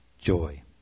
joy